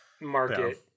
market